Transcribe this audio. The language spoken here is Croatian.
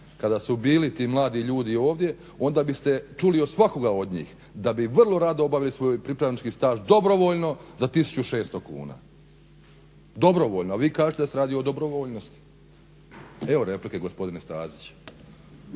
kada su bili ti mladi ljudi ovdje onda biste čuli od svakoga od njih da bi vrlo rado obavili svoj pripravnički staž dobrovoljno za 1600 kuna. Dobrovoljno, a vi kažete da se radi o dobrovoljnosti. Evo, replike gospodine Stazić.